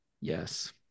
Yes